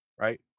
right